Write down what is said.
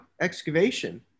excavation